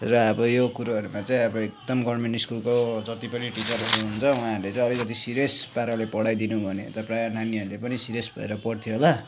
र अब यो कुरोहरूमा चाहिँ अब एकदम गभर्मेन्ट स्कुलको जति पनि टिचरहरू हुनुहुन्छ उहाँहरूले चाहिँ अलिकति सिरियस पाराले पढाइदिनु हो भने त प्राय नानीहरूले पनि सिरियस भएर पढ्थ्यो होला